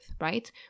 right